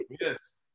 yes